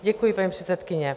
Děkuji, paní předsedkyně.